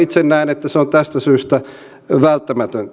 itse näen että se on tästä syystä välttämätöntä